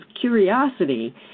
curiosity